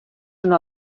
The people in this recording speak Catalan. una